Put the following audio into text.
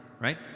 Right